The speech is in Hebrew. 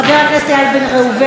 חבר הכנסת איל בן ראובן,